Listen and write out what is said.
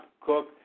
cook